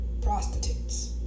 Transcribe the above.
Prostitutes